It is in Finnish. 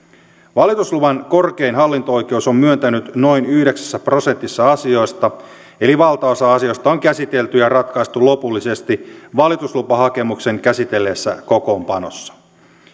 valitusluvan korkein hallinto oikeus on myöntänyt noin yhdeksässä prosentissa asioista eli valtaosa asioista on käsitelty ja ratkaistu lopullisesti valituslupahakemuksen käsitelleessä kokoonpanossa